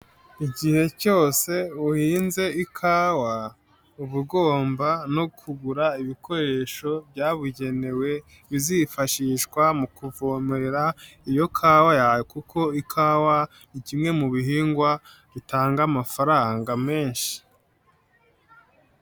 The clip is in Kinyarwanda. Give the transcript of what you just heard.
Igihe cyose uhinze ikawa, uba ugomba no kugura ibikoresho byabugenewe, bizifashishwa mu kuvomera iyo kawa yawe kuko ikawa ni kimwe mu bihingwa, bitanga amafaranga menshi.